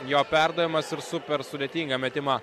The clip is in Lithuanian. jo perdavimas ir super sudėtingą metimą